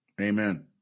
Amen